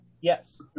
Yes